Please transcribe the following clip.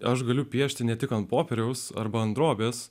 aš galiu piešti ne tik ant popieriaus arba ant drobės